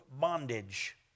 bondage